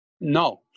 No